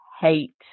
hate